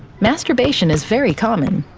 masturbation is very common.